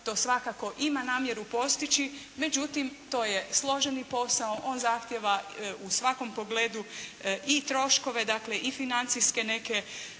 to svakako ima namjeru postići, međutim to je složeni posao. On zahtjeva u svakom pogledu i troškove i financijske neke